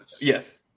Yes